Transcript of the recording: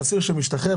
אסיר שמשתחרר,